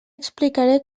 explicaré